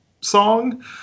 song